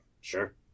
Sure